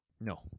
No